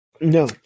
No